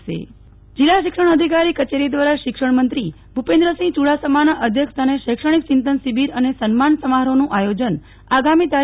નેહલ ઠક્કર ભુજ શૈક્ષણિક ચિંતન શિબિર જિલ્લા શિક્ષણાધિકારી કચેરી દ્વારા શિક્ષણમંત્રી ભૂપેન્દ્રસિંહ ચુડાસમાના અધ્યક્ષસ્થાને શૈક્ષણિક ચિંતન શિબિર અને સન્માન સમારોહનું આયોજન આગામી તા